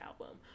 album